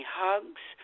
hugs